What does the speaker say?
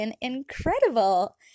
incredible